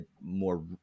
more